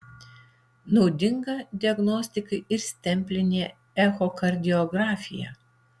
naudinga diagnostikai ir stemplinė echokardiografija